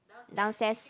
downstairs